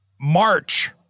March